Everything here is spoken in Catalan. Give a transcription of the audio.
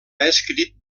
escrit